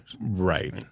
right